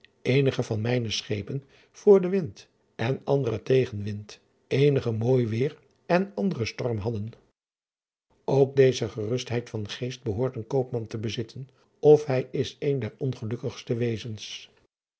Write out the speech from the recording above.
eenige van mijne schepen voor den wind en andere tegen wind eemge mooi weêr en andere storm hadden ok deze gerustheid van geest behoort een koopman te bezitten of hij is een der ongelukkigste wezens